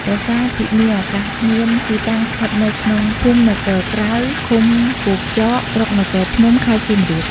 ប្រាសាទភិមាអាកាសមាន ទីតាំងស្ថិតនៅក្នុងភូមិនគរក្រៅ ឃុំគោកចក ស្រុកនគរធំ ខេត្តសៀមរាប។